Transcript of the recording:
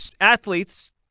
athletes